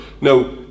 Now